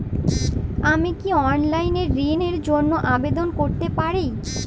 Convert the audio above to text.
আমি কি অনলাইন এ ঋণ র জন্য আবেদন করতে পারি?